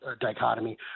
Dichotomy